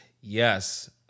yes